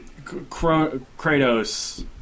Kratos